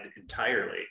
entirely